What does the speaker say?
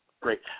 Great